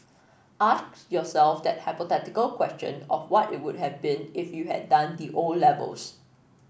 ask yourself that hypothetical question of what it would have been if you had done the O levels